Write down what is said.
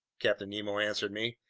captain nemo answered me.